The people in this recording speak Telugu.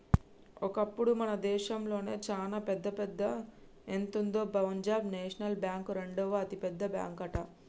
ఒకప్పుడు మన దేశంలోనే చానా పెద్దదా ఎంతుందో పంజాబ్ నేషనల్ బ్యాంక్ రెండవ అతిపెద్ద బ్యాంకట